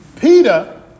Peter